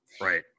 Right